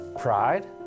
pride